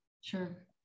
Sure